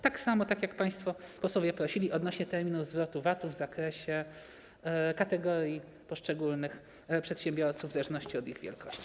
Tak samo, tak jak państwo posłowie prosili, odnośnie do terminu zwrotu VAT-u w zakresie kategorii poszczególnych przedsiębiorców w zależności od ich wielkości.